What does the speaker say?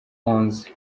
onze